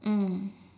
mm